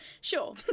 Sure